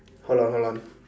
hold on hold on